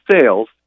sales